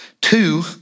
two